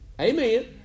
Amen